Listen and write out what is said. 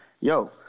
yo